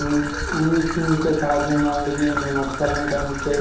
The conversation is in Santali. ᱩᱱᱤ ᱩᱱᱤ ᱤᱧ ᱴᱷᱮᱡ ᱥᱟᱦᱟᱡᱡᱚ ᱧᱟᱢ ᱞᱟᱹᱜᱤᱫ ᱩᱱᱤ ᱢᱟᱪᱠᱟᱣ ᱞᱮᱱᱠᱷᱟᱡ ᱤᱧ ᱴᱷᱮᱡ